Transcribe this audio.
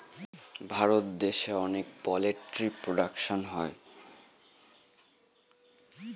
ভারত দেশে অনেক poultry production হয়